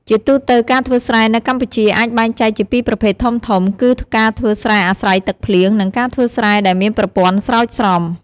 ជាទូទៅ ការធ្វើស្រែនៅកម្ពុជាអាចបែងចែកជាពីរប្រភេទធំៗ គឺការធ្វើស្រែអាស្រ័យទឹកភ្លៀង និងការធ្វើស្រែដែលមានប្រព័ន្ធស្រោចស្រព។